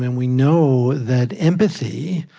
and we know that empathy,